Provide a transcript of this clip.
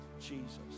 Jesus